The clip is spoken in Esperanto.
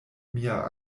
mia